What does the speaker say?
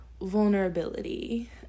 vulnerability